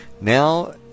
Now